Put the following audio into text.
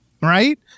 right